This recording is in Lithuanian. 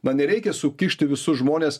na nereikia sukišti visus žmones